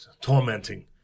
tormenting